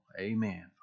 Amen